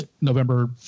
November